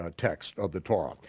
ah text of the torah.